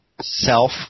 self